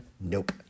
Nope